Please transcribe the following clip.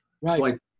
right